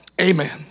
Amen